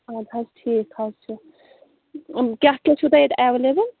اَدٕ حظ ٹھیٖک حظ چھُ کیٛاہ کیٛاہ چھُو تۄہہِ ییٚتہِ اٮ۪ویلیبٕل